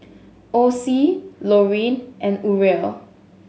Ocie Loreen and Uriel